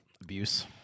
abuse